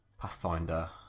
Pathfinder